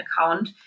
account